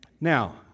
Now